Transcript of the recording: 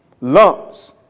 Lumps